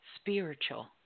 spiritual